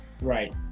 Right